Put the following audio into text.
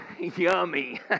Yummy